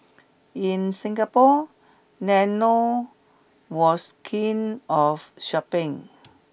in Singapore Lennon was keen of shopping